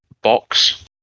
box